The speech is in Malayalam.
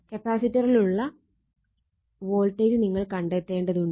കപ്പാസിറ്ററിലുള്ള വോൾട്ടേജ് നിങ്ങൾ കണ്ടത്തേണ്ടതുണ്ട്